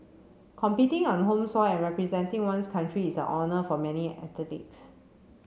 competing on home soil and representing one's country is a honour for many athletes